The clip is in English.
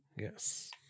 Yes